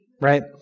Right